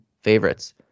favorites